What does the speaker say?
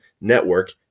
network